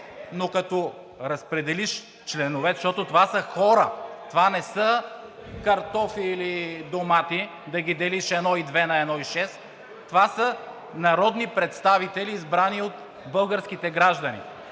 но като разпределиш членовете, защото това са хора, това не са картофи или домати да ги делиш 1,2 на 1,6, това са народни представители, избрани от българските граждани,